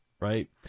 right